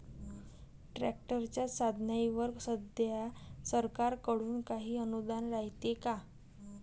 ट्रॅक्टरच्या साधनाईवर सध्या सरकार कडून काही अनुदान रायते का?